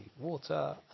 water